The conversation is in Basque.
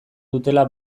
dutela